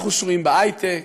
אנחנו שרויים בהיי-טק,